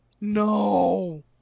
No